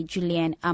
Julian